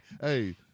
Hey